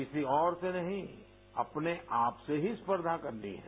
किसी और से नहीं अपने आप से ही स्पर्धा करनी है